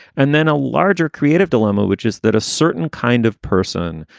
and then a larger creative dilemma, which is that a certain kind of person.